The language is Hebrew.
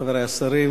חברי השרים,